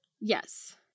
Yes